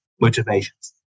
motivations